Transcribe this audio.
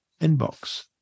inbox